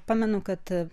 pamenu kad